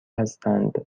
هستند